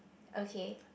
okay